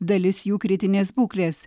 dalis jų kritinės būklės